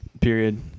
period